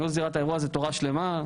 ניהול זירת האירוע זאת תורה שלמה,